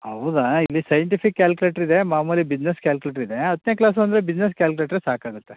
ಹೌದಾ ಇಲ್ಲಿ scientific calculator ಇದೆ ಮಾಮೂಲಿ ಬಿಸ್ನೆಸ್ ಕ್ಯಾಲ್ಕ್ಯುಲೇಟ್ರ್ ಇದೆ ಹತ್ತನೇ ಕ್ಲಾಸು ಅಂದರೆ ಬಿಸ್ನೆಸ್ ಕ್ಯಾಲ್ಕ್ಯುಲೇಟ್ರ್ ಸಾಕಾಗುತ್ತೆ